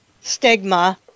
stigma